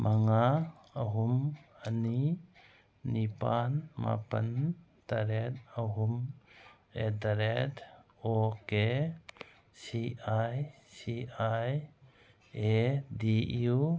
ꯃꯉꯥ ꯑꯍꯨꯝ ꯑꯅꯤ ꯅꯤꯄꯥꯟ ꯃꯥꯄꯟ ꯇꯔꯦꯠ ꯑꯍꯨꯝ at the rate okay C I C I E D U